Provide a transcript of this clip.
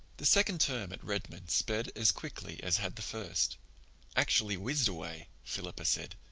the second term at redmond sped as quickly as had the first actually whizzed away, philippa said.